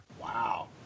Wow